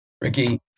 Ricky